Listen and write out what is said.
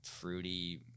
fruity